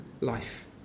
life